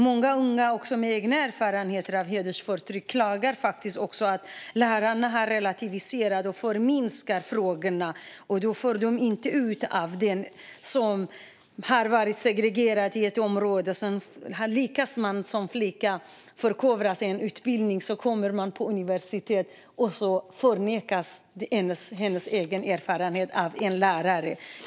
Många unga med egna erfarenheter av hedersförtryck klagar också på att lärarna har relativiserat och förminskat frågorna. Här lyckas en flicka från ett segregerat område förkovra sig och utbilda sig, och så kommer hon till universitetet där hennes egen erfarenhet förnekas av en lärare.